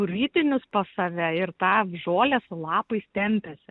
ritinius pas save ir tą žolę su lapais tempiasi